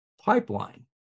pipeline